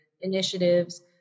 initiatives